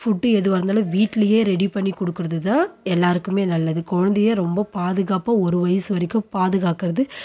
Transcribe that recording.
food எதுவாக இருந்தாலும் வீட்டுலையே ரெடி பண்ணி கொடுக்குறது தான் எல்லாருக்குமே நல்லது குழந்தைய ரொம்ப பாதுகாப்பாக ஒரு வயசு வரைக்கும் பாதுகாக்கிறது